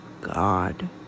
god